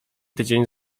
tydzień